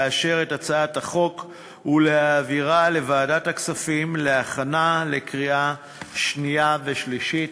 לאשר את הצעת החוק ולהעבירה לוועדת הכספים להכנה לקריאה שנייה ושלישית.